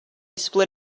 split